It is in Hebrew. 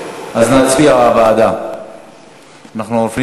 ועדת החוץ והביטחון.